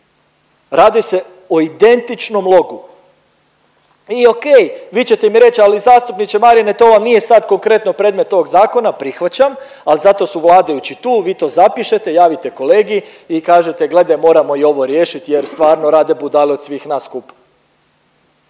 Radi se o identičnom logu. I ok, vi ćete mi reći ali zastupniče Marine to vam nije sad konkretno predmet ovog zakona, prihvaćam, ali zato su vladajući tu, vi to zapišete, javite kolegi i kažete gledaj moramo i ovo riješiti jer stvarno rade budale od svih nas skupa.